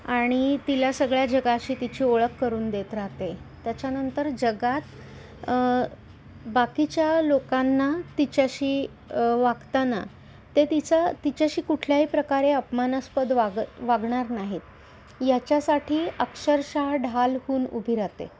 आणि तिला सगळ्या जगाशी तिची ओळख करून देत राहते त्याच्यानंतर जगात बाकीच्या लोकांना तिच्याशी वागताना ते तिचा तिच्याशी कुठल्याही प्रकारे अपमानास्पद वाग वागणार नाहीत याच्यासाठी अक्षरशः ढाल होऊन उभी राहते